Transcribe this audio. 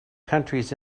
countries